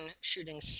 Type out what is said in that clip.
shooting